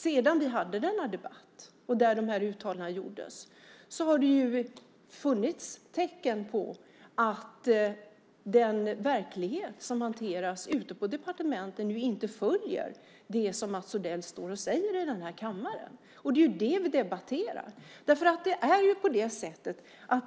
Sedan vi hade den debatt där de här uttalandena gjordes har det funnits tecken på att den verklighet som hanteras ute på departementen inte följer det som Mats Odell här i kammaren står och säger. Det är det vi debatterar.